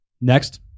Next